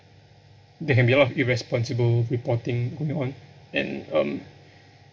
there can be a lot of irresponsible reporting going on and um